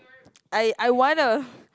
I I want a